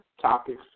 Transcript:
topics